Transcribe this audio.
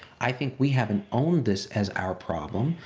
i think we haven't owned this as our problem.